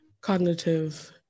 cognitive